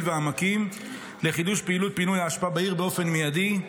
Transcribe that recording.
ועמקים לחידוש פעילות פינוי האשפה בעיר באופן מיידי.